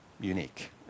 unique